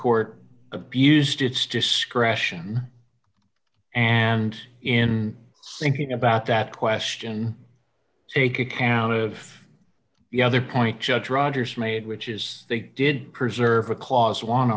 court abused its discretion and in thinking about that question take account of the other point judge rogers made which is they did preserve a cla